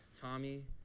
Tommy